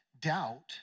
Doubt